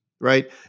Right